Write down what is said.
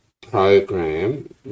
program